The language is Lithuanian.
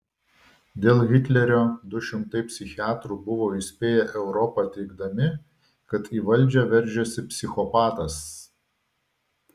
dėl hitlerio du šimtai psichiatrų buvo įspėję europą teigdami kad į valdžią veržiasi psichopatas